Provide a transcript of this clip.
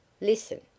Listen